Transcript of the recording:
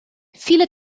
viele